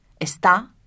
está